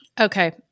Okay